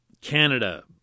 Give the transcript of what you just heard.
Canada